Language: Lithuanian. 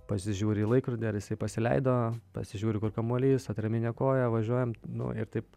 pasižiūri į laikrodį ar jisai pasileido pasižiūri kur kamuolys atraminė koja važiuojam nu ir taip